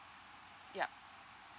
yup